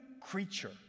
creature